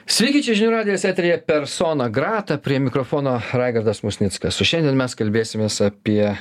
sveiki čia žinių radijas eteryje persona grata prie mikrofono raigardas musnickas o šiandien mes kalbėsimės apie